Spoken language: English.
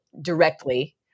directly